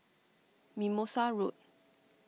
Mimosa Road